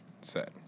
set